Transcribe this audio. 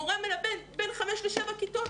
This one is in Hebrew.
מורה מלמד בין חמש לשבע כיתות,